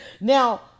Now